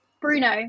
Bruno